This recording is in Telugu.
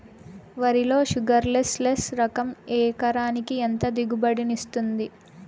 వరి లో షుగర్లెస్ లెస్ రకం ఎకరాకి ఎంత దిగుబడినిస్తుంది